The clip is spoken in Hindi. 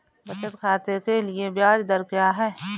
बचत खाते के लिए ब्याज दर क्या है?